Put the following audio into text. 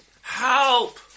Help